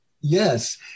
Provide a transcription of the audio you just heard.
Yes